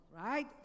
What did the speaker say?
right